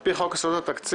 על פי חוק יסודות התקציב: